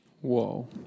Whoa